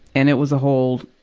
and it was a whole,